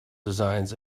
designs